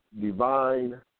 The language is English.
divine